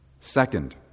Second